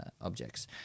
objects